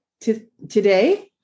today